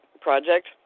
project